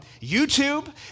YouTube